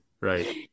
right